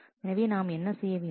எனவே நாம் என்ன செய்ய வேண்டும்